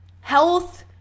health